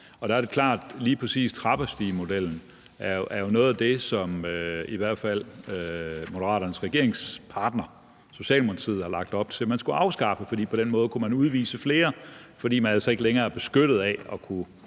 Og det er klart, at trappestigemodellen jo er noget af det, som i hvert fald Moderaternes regeringspartner Socialdemokratiet jo har lagt op til at afskaffe, fordi der på den måde kunne udvises flere, fordi man så ikke længere vil være beskyttet af at kunne